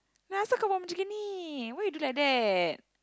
asal kau buat cam gini why you do like that